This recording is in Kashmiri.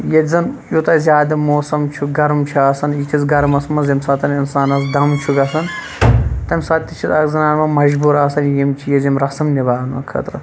ییٚتہِ زَن یوتاہ زیادٕ موسَم چھُ گرم چھُ آسان یِتھِس گَرمَس مَنٛز ییٚمہِ ساتہٕ اِنسانَس دَم چھُ گَژھان تمہِ ساتہٕ تہِ چھِ اکھ زَنان مَجبوٗر آسان یِم چیٖز یِم رسم نِباونہٕ خٲطرٕ